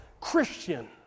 Christian